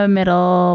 middle